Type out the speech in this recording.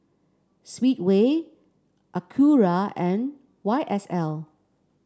Speedway Acura and Y S L